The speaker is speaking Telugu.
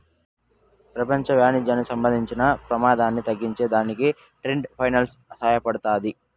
పెపంచ వాణిజ్యానికి సంబంధించిన పెమాదాన్ని తగ్గించే దానికి ట్రేడ్ ఫైనాన్స్ సహాయపడతాది